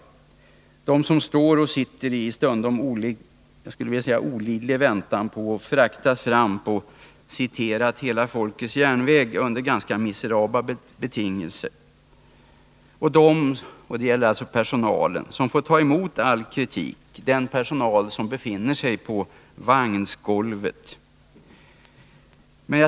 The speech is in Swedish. Jag tänker på dem som står och sitter i stundom olidlig väntan på att fraktas fram på ”hela folkets järnväg” under ganska miserabla betingelser. De som får ta emot all kritik är ju den personal som befinner sig på vagnsgolvet.